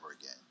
again